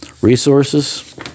resources